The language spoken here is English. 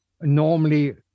normally